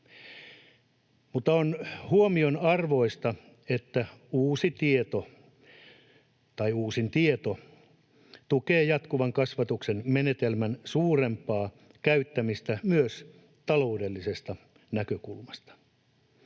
Mutta on huomionarvoista, että uusi tieto, tai uusin tieto, tukee jatkuvan kasvatuksen menetelmän suurempaa käyttämistä myös taloudellisesta näkökulmasta.